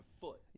foot